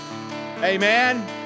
Amen